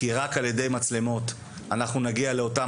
כי רק על ידי מצלמות אנחנו נגיע לאותם